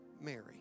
Mary